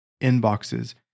inboxes